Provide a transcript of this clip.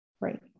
Right